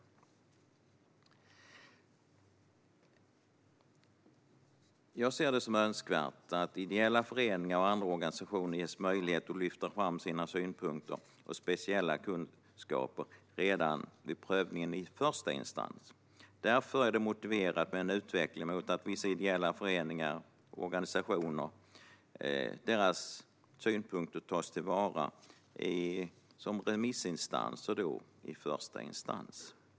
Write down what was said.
En modern och rättssäker förvaltning - ny förvaltningslag Jag ser det som önskvärt att ideella föreningar och andra organisationer ges möjlighet att lyfta fram sina synpunkter och speciella kunskaper redan vid prövningen i första instans. Därför är det motiverat med en utveckling i riktning mot att vissa ideella föreningars och organisationers synpunkter tas till vara och att de blir remissinstanser i första instans.